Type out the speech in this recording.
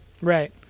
right